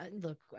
look